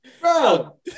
bro